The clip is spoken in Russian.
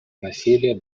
насилие